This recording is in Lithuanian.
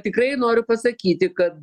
tikrai noriu pasakyti kad